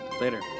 Later